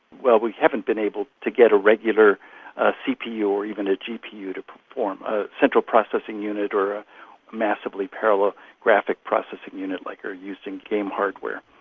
well, we haven't been able to get a regular cpu or even a gpu to perform, a central processing unit or a massively parallel graphic processing unit like are used in game hardware.